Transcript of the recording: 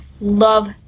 love